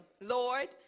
Lord